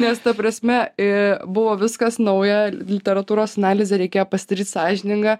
nes ta prasme į buvo viskas nauja literatūros analizė reikėjo pasidaryt sąžiningą